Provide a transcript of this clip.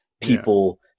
people